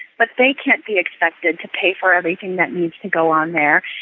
but they can't be expected to pay for everything that needs to go on there.